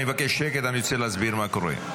אני מבקש שקט, אני רוצה להסביר מה קורה.